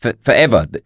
forever